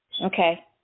Okay